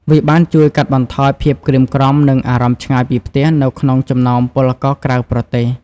វាបានជួយកាត់បន្ថយភាពក្រៀមក្រំ និងអារម្មណ៍ឆ្ងាយពីផ្ទះនៅក្នុងចំណោមពលករក្រៅប្រទេស។